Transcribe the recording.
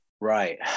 right